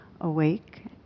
awake